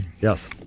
Yes